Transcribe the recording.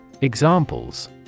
Examples